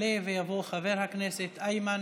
יעלה ויבוא חבר הכנסת איימן